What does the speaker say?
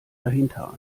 dahinter